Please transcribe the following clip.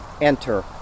enter